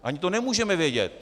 Ani to nemůžeme vědět.